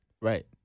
Right